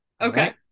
Okay